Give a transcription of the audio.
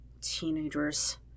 Teenagers